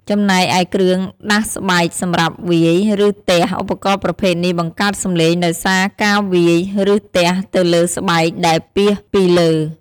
ចំណែកឯគ្រឿងដាសស្បែកសម្រាប់វាយ ឬទះ ឧបករណ៍ប្រភេទនេះបង្កើតសំឡេងដោយសារការវាយ ឬទះទៅលើស្បែកដែលពាសពីលើ។